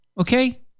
Okay